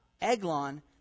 Eglon